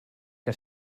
que